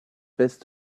best